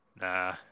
Nah